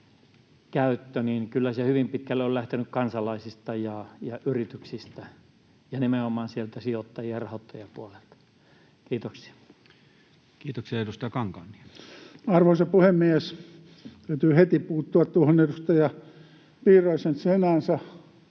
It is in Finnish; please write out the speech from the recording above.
käyttö hyvin pitkälle on lähtenyt kansalaisista ja yrityksistä ja nimenomaan sieltä sijoittaja- ja rahoittajapuolelta. — Kiitoksia. Kiitoksia. — Edustaja Kankaanniemi. Arvoisa puhemies! Täytyy heti puuttua edustaja Piiraisen sinänsä